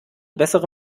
bessere